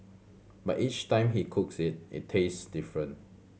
but each time he cooks it it tastes different